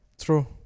True